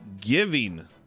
giving